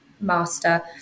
master